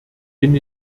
bin